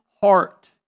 heart